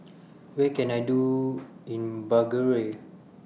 What Can I Do in Bulgaria